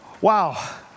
Wow